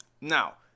Now